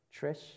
trish